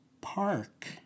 park